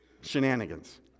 shenanigans